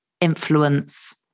influence